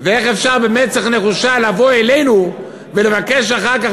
ואיך אפשר במצח נחושה לבוא אלינו ולבקש אחר כך,